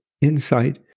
insight